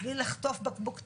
בלי לחטוף בקבוק תבערה.